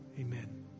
amen